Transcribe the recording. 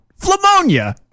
Flamonia